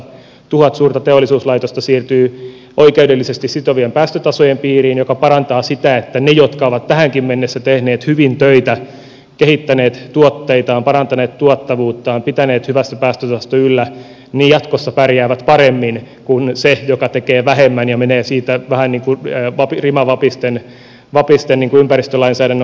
tuhat suurta teollisuuslaitosta siirtyy oikeudellisesti sitovien päästötasojen piiriin mikä parantaa sitä että ne jotka ovat tähänkin mennessä tehneet hyvin töitä kehittäneet tuotteitaan parantaneet tuottavuuttaan pitäneet hyvää päästötasoa yllä jatkossa pärjäävät paremmin kuin se joka tekee vähemmän ja menee siitä vähän niin kuin rima vapisten ympäristölainsäädännön osalta